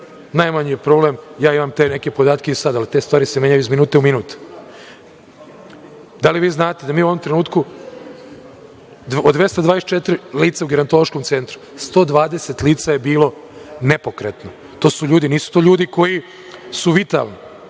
Najmanji je problem, ja imam te neke podatke i sad, ali te stvari se menjaju iz minuta u minut. Da li vi znate da mi u ovom trenutku, od 224 lica u gerontološkom centru, 120 lica je bilo nepokretno. Nisu to ljudi koji su vitalni.